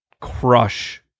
crush